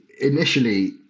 initially